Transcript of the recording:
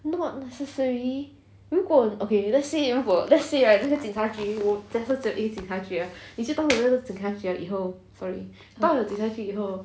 not necessary 如果 okay let's say 如果 let's say right 那个警察局警察局你就到了警察局以后 sorry 到了警察局以后